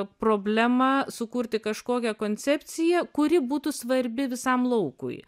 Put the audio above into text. problemą sukurti kažkokią koncepciją kuri būtų svarbi visam laukui